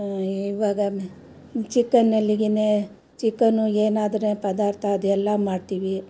ಇವಾಗ ಚಿಕನ್ನಲ್ಲಿಗೆ ಚಿಕನ್ನು ಏನಾದರೆ ಪದಾರ್ಥ ಅದೆಲ್ಲ ಮಾಡ್ತೀವಿ